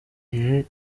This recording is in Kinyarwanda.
igihe